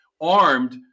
armed